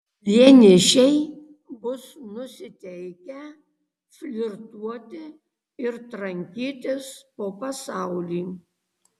vienišiai bus nusiteikę flirtuoti ir trankytis po pasaulį